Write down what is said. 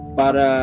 para